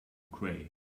gray